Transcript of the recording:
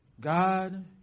God